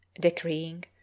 decreeing